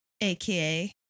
aka